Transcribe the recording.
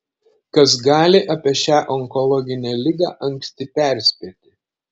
kas gali apie šią onkologinę ligą anksti perspėti